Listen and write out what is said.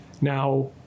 Now